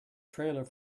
trailer